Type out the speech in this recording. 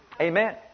Amen